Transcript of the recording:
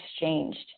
exchanged